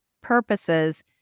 purposes